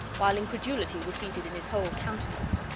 while incredulity was seated in his whole countenance.